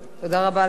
תודה רבה לך,